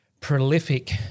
prolific